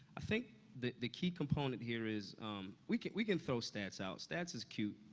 i think that the key component here is we can we can throw stats out. stats is cute,